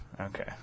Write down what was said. Okay